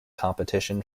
competition